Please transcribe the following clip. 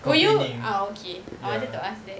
complaining ya